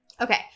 okay